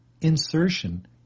insertion